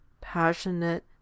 passionate